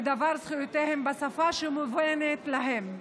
בדבר זכויותיהם, בשפה שמובנת להם.